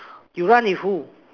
you run with who